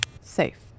Safe